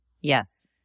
Yes